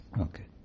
Okay